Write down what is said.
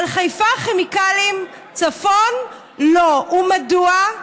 אבל חיפה כימיקלים צפון לא, ומדוע?